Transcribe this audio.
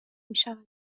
میشود